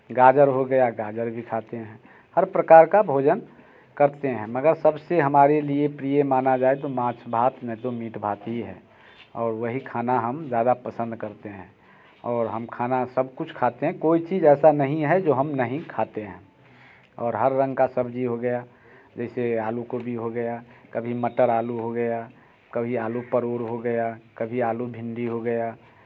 गाजर हो गया गाजर भी खाते हैं हर प्रकार का भोजन करते हैं मगर सबसे हमारे लिए प्रिय माना जाए तो मांस भात नहीं तो मीट भात ही है और वही खाना हम ज़्यादा पसंद करते हैं और हम खाना सब कुछ खाते हैं कोई चीज ऐसा नहीं है जो हम नहीं खाते हैं और हर रंग का सब्जी हो गया जैसे आलू गोभी हो गया कभी मटर आलू हो गया कभी आलू परुर हो गया कभी आलू भिंडी हो गया